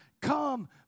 come